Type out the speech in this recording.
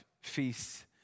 feasts